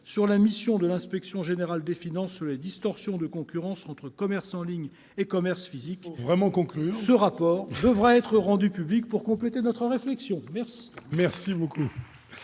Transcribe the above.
de la mission de l'Inspection générale des finances sur les distorsions de concurrence entre commerce en ligne et commerce physique. Il faut vraiment conclure ! Ce rapport devrait être rendu public pour compléter notre réflexion. Bravo